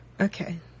Okay